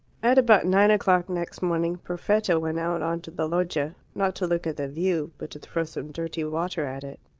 at about nine o'clock next morning perfetta went out on to the loggia, not to look at the view, but to throw some dirty water at it.